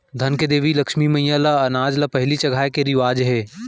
धन के देवी लक्छमी मईला ल अनाज ल पहिली चघाए के रिवाज हे